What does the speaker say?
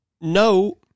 No